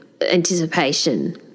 anticipation